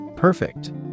Perfect